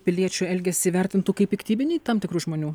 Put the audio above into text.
piliečių elgesį vertintų kaip piktybinį tam tikrų žmonių